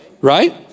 right